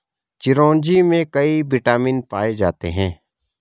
चिरोंजी में कई विटामिन पाए जाते हैं